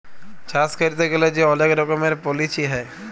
চাষ ক্যইরতে গ্যালে যে অলেক রকমের পলিছি হ্যয়